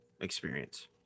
experience